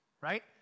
right